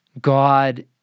God